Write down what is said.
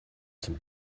zum